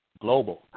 global